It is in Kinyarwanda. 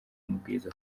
amabwiriza